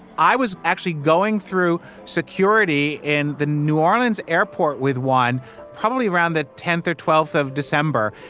i was actually going through security in the new orleans airport with one probably around the tenth or twelfth of december.